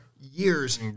years